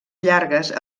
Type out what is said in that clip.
llargues